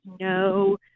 no